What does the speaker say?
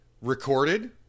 recorded